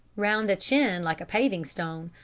round a chin like a paving-stone,